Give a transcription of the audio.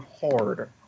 hard